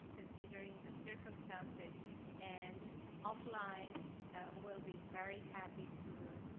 considering the circumstances and offline we'll be very happy to